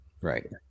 Right